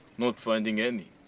not finding any.